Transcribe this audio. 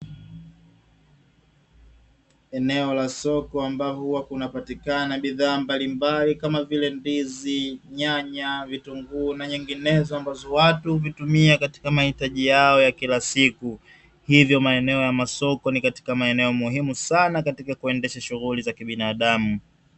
Eneo la soko ambavo huwa kuna patikana bidhaa mbalimbali kama vile: ndizi, nyanya, vitunguu na nyinginezo, ambazo watu huvitumia katika mahitaji yao ya kila siku. Hivyo maeneo ya masoko ni katika maeneo muhimu sana katika kuendesha shughuli za kibinadamu.